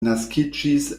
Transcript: naskiĝis